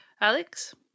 alex